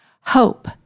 Hope